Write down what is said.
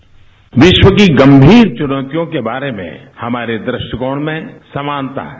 bite विश्व की गंभीर चुनौतियों के बारे में हमारे दृष्टिकोण में समानता है